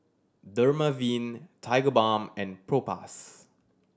Dermaveen Tigerbalm and Propass